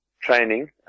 training